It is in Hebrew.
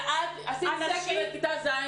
עשית משהו לגבי כיתה ז',